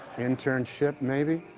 internship, maybe.